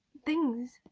things,